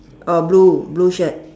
uh blue blue shirt